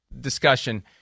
discussion